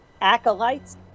acolytes